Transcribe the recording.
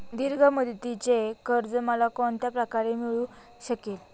दीर्घ मुदतीचे कर्ज मला कोणत्या प्रकारे मिळू शकेल?